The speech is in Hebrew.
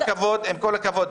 עם כל הכבוד,